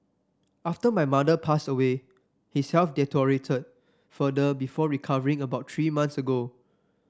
after my mother passed away his health deteriorated further before recovering about three months ago